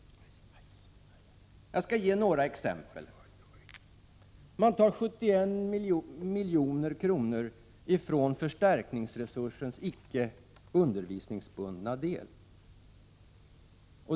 Jag skall ge några exempel. Man tar 71 milj.kr. från förstärkningsresursens icke undervisningsbundna del.